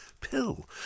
pill